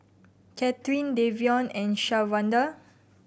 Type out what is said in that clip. Katherin Davion and Shawanda